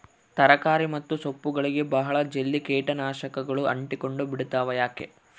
ತರಕಾರಿ ಮತ್ತು ಸೊಪ್ಪುಗಳಗೆ ಬಹಳ ಜಲ್ದಿ ಕೇಟ ನಾಶಕಗಳು ಅಂಟಿಕೊಂಡ ಬಿಡ್ತವಾ ಯಾಕೆ?